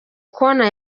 corner